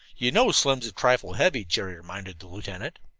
you know slim's a trifle heavy, jerry reminded the lieutenant.